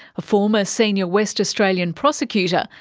a former senior west australian prosecutor,